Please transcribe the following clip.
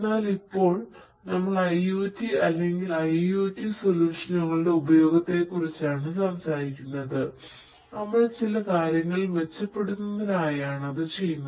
എന്നാൽ ഇപ്പോൾ നമ്മൾ IOT അല്ലെങ്കിൽ IIOT സൊല്യൂഷനുകളുടെ ഉപയോഗത്തെക്കുറിച്ചാണ് സംസാരിക്കുന്നത് നമ്മൾ ചില കാര്യങ്ങൾ മെച്ചപ്പെടുത്തുന്നതിനായാണ് അത് ചെയ്യുന്നത്